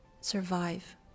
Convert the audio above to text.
survive